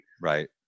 right